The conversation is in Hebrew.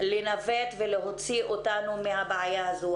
לנווט ולהוציא אותנו מהבעיה הזאת.